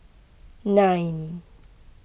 nine